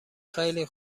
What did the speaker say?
خیلی